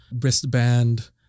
wristband